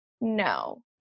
no